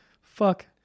Fuck